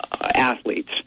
athletes